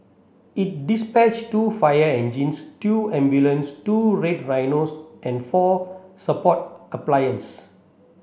it dispatched two fire engines two ambulance two Red Rhinos and four support appliance